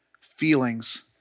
feelings